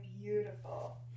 beautiful